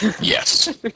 Yes